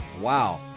Wow